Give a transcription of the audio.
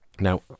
Now